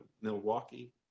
Milwaukee